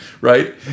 right